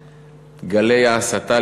נוכח גלי ההסתה,